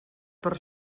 per